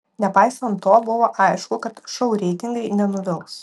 nepaisant to buvo aišku kad šou reitingai nenuvils